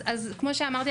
אז כמו שאמרתי,